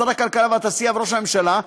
שר הכלכלה והתעשייה וראש הממשלה,